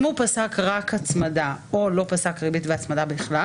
אם הוא פסק רק הצמדה או לא פסק ריבית והצמדה בכלל,